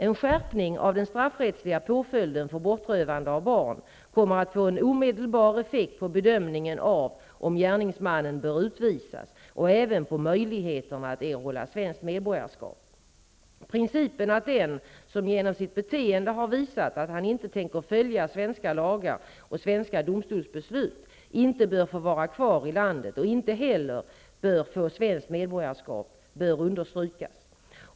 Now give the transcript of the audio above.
En skärpning av den straffrättsliga påföljden för bortrövande av barn kommer att få en omedelbar effekt på bedömningen av om gärningsmannen bör utvisas och även på möjligheterna att erhålla svenskt medborgarskap. Principen att den som genom sitt beteende har visat att han inte tänker följa svenska lagar och svenska domstolsbeslut inte bör få vara kvar i vårt land och inte heller få svenskt medborgarskap bör understrykas.